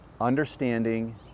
Understanding